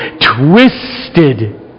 twisted